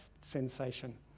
sensation